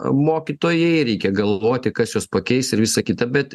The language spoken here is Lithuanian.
mokytojai reikia galvoti kas juos pakeis ir visa kita bet